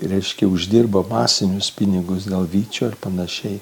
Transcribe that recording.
reiškia uždirba masinius pinigus gal vyčio ir panašiai